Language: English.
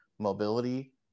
mobility